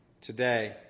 today